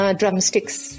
drumsticks